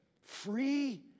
free